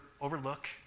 overlook